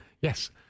Yes